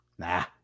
Nah